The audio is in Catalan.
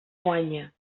guanya